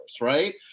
right